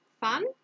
fun